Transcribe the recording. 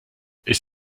ist